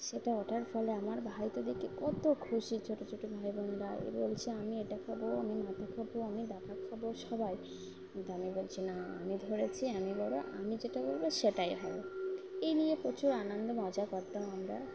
সেটা ওঠার ফলে আমার ভাই তো দেখি গিয়ে কত খুশি ছোটো ছোটো ভাই বোনরা এ বলছে আমি এটা খাবো আমি মাথা খবো আমি দেখা খাবো সবাই কিন্তু আমি বলছি না আমি ধরেছি আমি বলবো আমি যেটা বলবো সেটাই হবে এই নিয়ে প্রচুর আনন্দ মজা করতাম আমরা